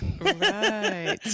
right